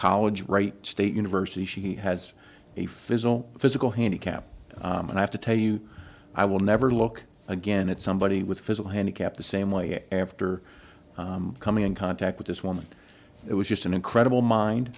college right state university she has a physical physical handicap and i have to tell you i will never look again at somebody with physical handicap the same way after coming in contact with this woman it was just an incredible mind